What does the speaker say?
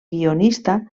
guionista